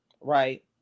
right